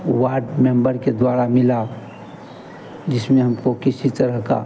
ward member के द्वारा मिला जिसमें हमको किसी तरह का